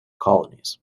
colonies